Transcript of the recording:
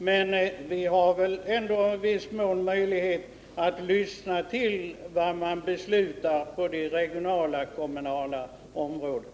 Men vi har väl ändå i viss mån möjlighet att lyssna till vad man beslutar på det regionala och det lokala området.